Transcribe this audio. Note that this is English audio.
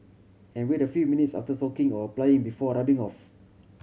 and wait a few minutes after soaking or applying before rubbing off